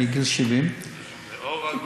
מגיל 70. לאור הגודל,